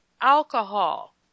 Alcohol